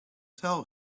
tell